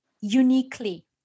uniquely